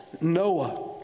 Noah